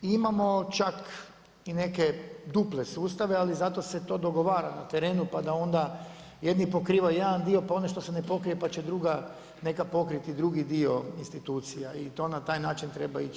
Imamo čak i neke duple sustave, ali zato se to dogovara na terenu pa da onda jedni pokrivaju jedan dio, pa ono što se ne pokrije pa će druga pokriti neki drugi dio institucija i to na taj način treba ići.